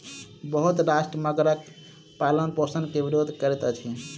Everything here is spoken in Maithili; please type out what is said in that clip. बहुत राष्ट्र मगरक पालनपोषण के विरोध करैत अछि